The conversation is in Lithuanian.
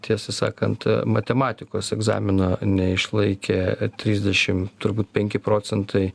tiesą sakant matematikos egzamino neišlaikė trisdešim turbūt penki procentai